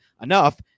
enough